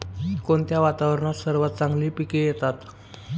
कोणत्या वातावरणात सर्वात चांगली पिके येतात?